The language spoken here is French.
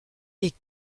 est